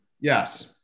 Yes